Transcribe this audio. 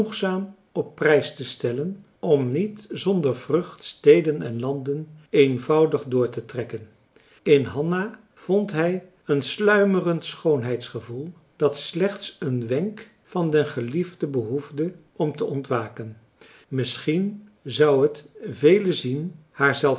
op prijstestellen om niet zonder vrucht steden en landen eenvoudig doortetrekken in hanna vond hij een sluimerend marcellus emants een drietal novellen schoonheidsgevoel dat slechts een wenk van den geliefde behoefde om te ontwaken misschien zou het vele zien